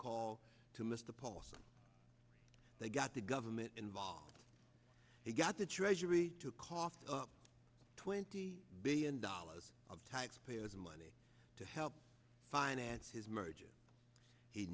call to mr paulson that got the government involved and got the treasury to cough up twenty billion dollars of taxpayers money to help finance his merger he